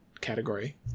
category